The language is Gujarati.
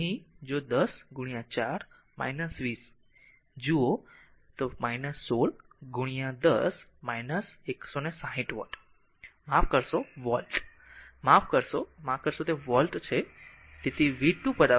તેથી અહીં જો 10 4 20 જુઓ તો 16 10 160 વatટ માફ કરશો વોલ્ટ માફ કરશો માફ કરશો તે વોલ્ટ છે